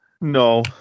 No